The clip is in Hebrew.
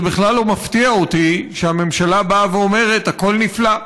זה בכלל לא מפתיע אותי שהממשלה באה ואומרת: הכול נפלא.